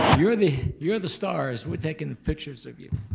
you're the you're the stars, we're taking pictures of you.